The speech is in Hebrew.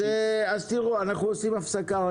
אנחנו עושים רגע הפסקה.